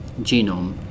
genome